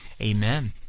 amen